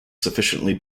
sufficiently